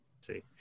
see